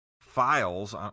files